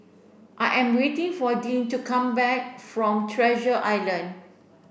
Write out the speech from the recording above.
I am waiting for Dean to come back from Treasure Island